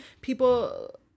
people